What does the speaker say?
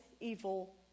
evil